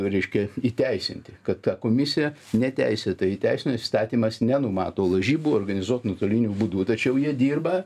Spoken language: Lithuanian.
reiškia įteisinti kad ta komisija neteisėtai įteisino įstatymas nenumato lažybų organizuot nuotoliniu būdu tačiau jie dirba